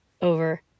over